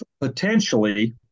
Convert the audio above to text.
potentially